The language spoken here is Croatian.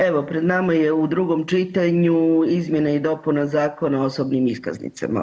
Evo pred nama je u drugom čitanju izmjene i dopune Zakona o osobnim iskaznicama.